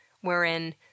wherein